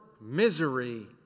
misery